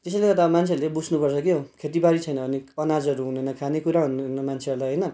त्यसैले गर्दा मान्छेहरूले बुझ्नु पर्छ के हो खेतीबारी छैन भने अनाजहरू हुँदैन खाने कुरा हुँदैन मान्छेहरूलाई होइन